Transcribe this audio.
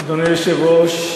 ובאמת אנחנו רואים כמה זה